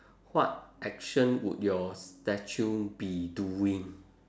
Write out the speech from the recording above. what action would your statue be doing